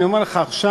אני אומר לך עכשיו